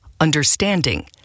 understanding